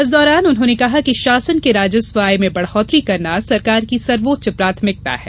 इस दौरान उन्होंने कहा कि शासन के राजस्व आय में बढ़ोत्तरी करना सरकार की सर्वोच्च प्राथमिकता है